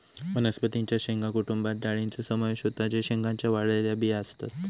वनस्पतीं च्या शेंगा कुटुंबात डाळींचो समावेश होता जे शेंगांच्या वाळलेल्या बिया असतत